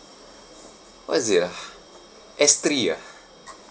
what is it ah S three ah